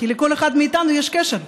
כי לכל אחד מאיתנו יש קשר,